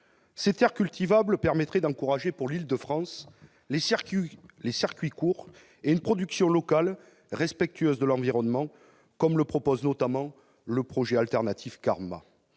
Ces terres cultivables permettraient d'encourager en Île-de-France le développement des circuits courts et d'une production locale respectueuse de l'environnement, comme le propose notamment les auteurs du projet alternatif CARMA.